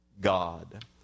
God